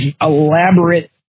elaborate